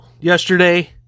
yesterday